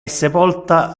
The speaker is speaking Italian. sepolta